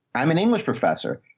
i'm an english professor.